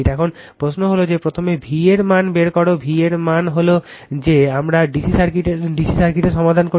এখন প্রশ্ন হল যে প্রথমে v এর মান বের করাv এর মানে হল যে আমরা DC সার্কিটের সমাধান করছি